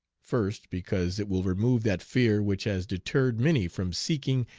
first, because it will remove that fear which has deterred many from seeking,